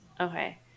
Okay